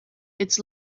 its